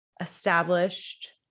established